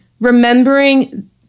remembering